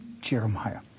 Jeremiah